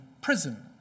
prison